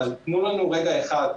אבל תנו לנו רגע אחד.